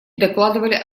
докладывали